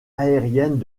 aériennes